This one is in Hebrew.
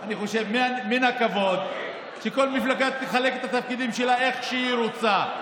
אני חושב שמן הכבוד שכל מפלגה תחלק את התפקידים שלה איך שהיא רוצה.